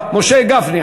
משה גפני,